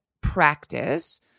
practice